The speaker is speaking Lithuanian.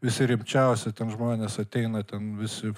visi rimčiausi ten žmonės ateina ten visi